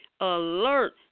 alert